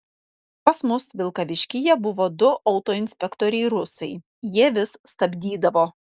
pas mus vilkaviškyje buvo du autoinspektoriai rusai jie vis stabdydavo